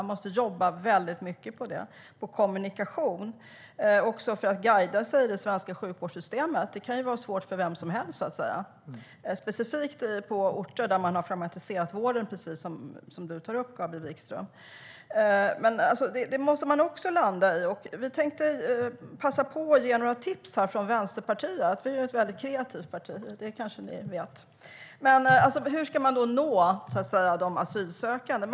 Man måste jobba väldigt mycket med kommunikation. Det handlar också om att guida sig i det svenska sjukvårdssystemet. Det kan ju vara svårt för vem som helst, speciellt på orter där man har fragmentiserat vården, precis som du tar upp, Gabriel Wikström. Det här måste man också landa i. Jag tänkte passa på att ge några tips från Vänsterpartiet. Vänsterpartiet är ett väldigt kreativt parti - det kanske ni vet. Hur ska man nå de asylsökande?